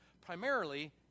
Primarily